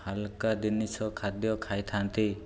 ହାଲକା ଜିନିଷ ଖାଦ୍ୟ ଖାଇଥାନ୍ତି